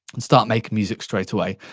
and start making music straight away.